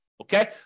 Okay